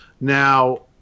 Now